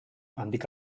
handik